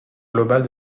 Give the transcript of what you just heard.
globale